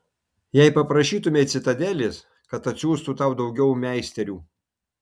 jei paprašytumei citadelės kad atsiųstų tau daugiau meisterių